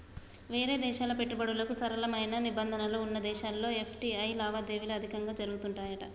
వేరే దేశాల పెట్టుబడులకు సరళమైన నిబంధనలు వున్న దేశాల్లో ఎఫ్.టి.ఐ లావాదేవీలు అధికంగా జరుపుతాయట